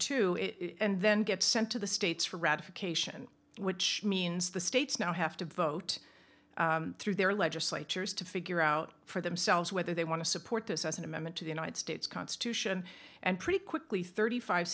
two and then gets sent to the states for ratification which means the states now have to vote through their legislatures to figure out for themselves whether they want to support this as an amendment to the united states constitution and pretty quickly thirty five